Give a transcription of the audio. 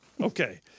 okay